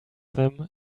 them